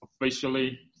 officially